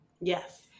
Yes